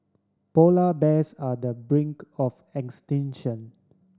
polar bears are the brink of extinction